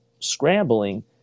scrambling